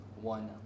one